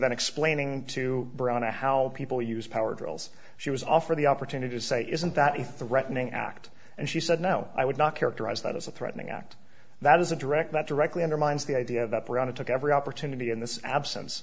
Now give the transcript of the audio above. that explaining to brown to how people use power drills she was offered the opportunity to say isn't that a threatening act and she said no i would not characterize that as a threatening act that is a direct that directly undermines the idea that brown took every opportunity in this absence